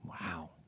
wow